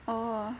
orh